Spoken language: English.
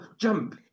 jump